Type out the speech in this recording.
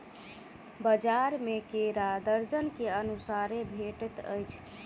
बजार में केरा दर्जन के अनुसारे भेटइत अछि